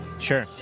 sure